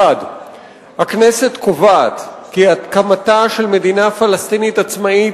1. הכנסת קובעת כי הקמתה של מדינה פלסטינית עצמאית